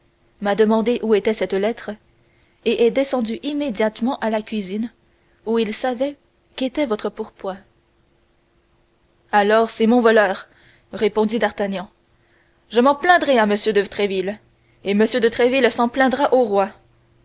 m'a demandé où était cette lettre et est descendu immédiatement à la cuisine où il savait qu'était votre pourpoint alors c'est mon voleur répondit d'artagnan je m'en plaindrai à m de tréville et m de tréville s'en plaindra au roi